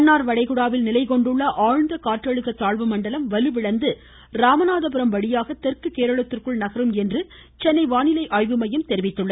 மன்னார் வளைகுடாவில் நிலைகொண்டுள்ள ஆழ்ந்த காற்றழுத்த தாழ்வு மண்டலம் வலுவிழந்து ராமநாதபுரம் வழியாக தெற்கு கேரளத்திற்குள் நகரும் என்று சென்னை வானிலை ஆய்வு மையம் தெரிவித்துள்ளது